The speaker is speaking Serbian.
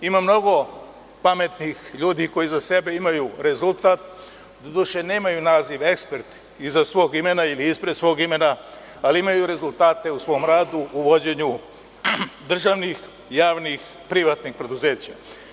Imam mnogo pametnih ljudi koji iza sebe imaju rezultat, doduše nemaju naziv eksperti iza svog imena ili ispred svog imena, ali imaju rezultate u svom radu u vođenju državnih, javnih, privatnih preduzeća.